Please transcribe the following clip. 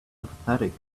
apathetic